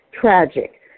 tragic